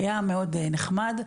היה מאוד נחמד.